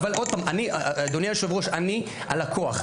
אדוני היושב-ראש, אני הלקוח.